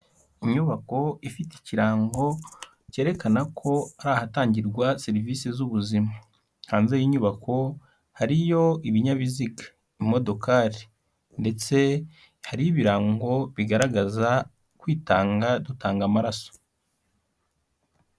Inyubako ifite ikirango cyerekana ko hari ahatangirwa serivisi z'ubuzima, hanze y'inyubako hariyo ibinyabiziga, imodokari ndetse hariho ibirango bigaragaza kwitanga dutanga amaraso.